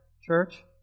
church